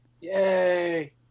yay